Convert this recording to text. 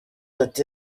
ati